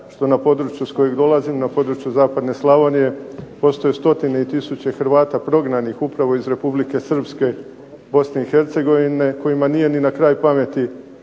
što na području s kojeg dolazim, na području zapadne Slavonije postoje stotine i tisuće Hrvata prognanih upravo iz Republike Srpske, Bosne i Hercegovine kojima nije ni na kraj pameti